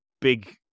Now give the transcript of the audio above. big